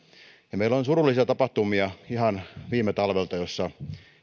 meillä on surullisia tapahtumia ihan viime talvelta joissa